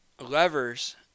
levers